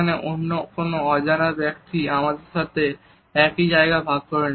যেখানে অন্য কোনো অজানা ব্যক্তি আমাদের সাথে একই জায়গা ভাগ করে